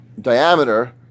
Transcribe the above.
diameter